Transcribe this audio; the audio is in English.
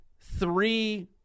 three